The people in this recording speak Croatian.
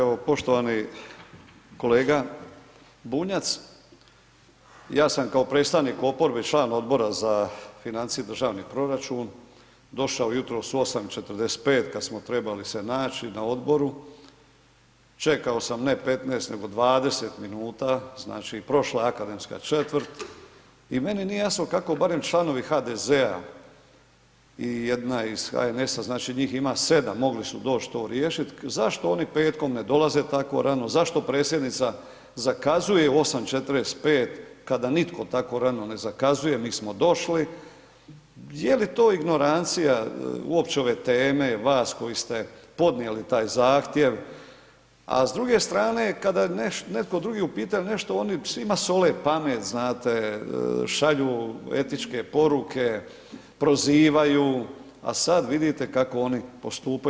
Evo, poštovani kolega Bunjac, ja sam kao predstavnik oporbi i član Odbora za financije i državni proračun došao jutros u 8,45 kad smo trebali se naći na odboru, čekao sam ne 15, nego 20 minuta, znači, prošla je akademska četvrt i meni nije jasno kako barem članovi HDZ-a i jedna iz HNS-a, znači, njih ima 7, mogli su doć to riješit, zašto oni petkom ne dolaze tako rano, zašto predsjednica zakazuje u 8,45 kada nitko tako rano ne zakazuje, mi smo došli, je li to ignorancija uopće ove teme, vas koji ste podnijeli taj zahtjev, a s druge strane kada je netko drugi u pitanju, nešto, oni svima sole pamet, znate, šalju etičke poruke, prozivaju, a sad vidite kako oni postupaju.